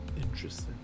Interesting